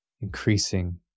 increasing